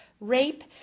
rape